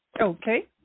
Okay